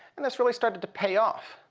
and this really started to pay off.